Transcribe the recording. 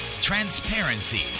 transparency